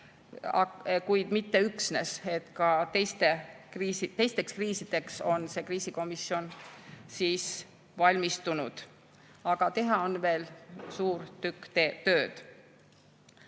kuid mitte üksnes, ka teisteks kriisideks on see kriisikomisjon valmistunud. Aga teha on veel suur tükk tööd.